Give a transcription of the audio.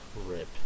rip